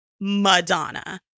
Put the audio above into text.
Madonna